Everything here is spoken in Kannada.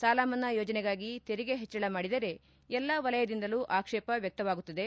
ಸಾಲಮನ್ನಾ ಯೋಜನೆಗಾಗಿ ತೆರಿಗೆ ಹೆಚ್ಚಳ ಮಾಡಿದರೆ ಎಲ್ಲ ವಲಯದಿಂದಲೂ ಆಕ್ಷೇಪ ವ್ಯಕ್ತವಾಗುತ್ತದೆ